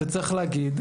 וצריך להגיד,